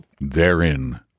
Therein